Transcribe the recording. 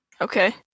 okay